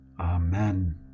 Amen